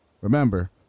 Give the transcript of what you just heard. Remember